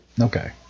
okay